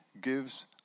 gives